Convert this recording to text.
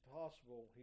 possible